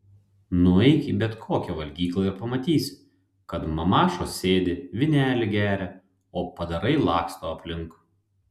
nueik į bet kokią valgyklą ir pamatysi kad mamašos sėdi vynelį geria o padarai laksto aplink